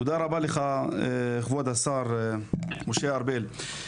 תודה רבה לך כבוד השר משה ארבל.